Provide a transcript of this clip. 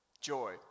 Joy